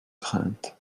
crainte